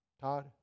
Todd